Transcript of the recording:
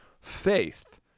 Faith